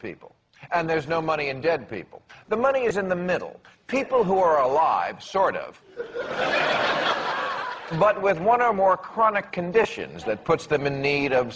people and there's no money in dead people the money is in the middle people who are alive sort of but with one or more chronic conditions that puts them in need of